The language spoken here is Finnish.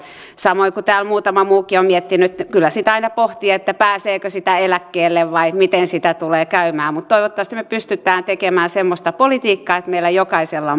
samoin kuin täällä muutama muukin on miettinyt kyllä sitä aina pohtii pääseekö sitä eläkkeelle vai miten sitä tulee käymään mutta toivottavasti me pystymme tekemään semmoista politiikkaa että meillä jokaisella